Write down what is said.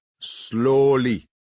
Slowly